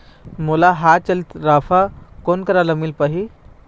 मोला हाथ चलित राफा कोन करा ले मिल पाही?